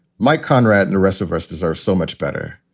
mike conrad and the rest of us deserve so much better.